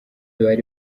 bari